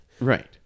Right